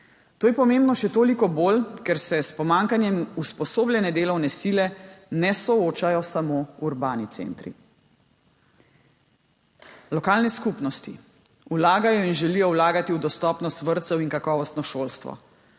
To je pomembno še toliko bolj, ker se s pomanjkanjem usposobljene delovne sile ne soočajo samo urbani centri. Lokalne skupnosti vlagajo in želijo vlagati v dostopnost vrtcev in kakovostno šolstvo.